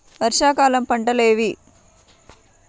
వర్షాకాలం పంటలు ఏవి?